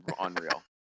unreal